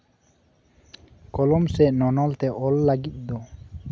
ᱠᱚᱞᱚᱢ ᱥᱮ ᱱᱚᱱᱚᱞ ᱛᱮ ᱚᱞ ᱞᱟᱹᱜᱤᱫ ᱫᱚ